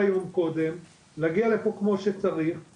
הצוות שלי עשה בדיקות בשבוע שעבר וזמן ההמתנה לא יורד מ-40 דקות.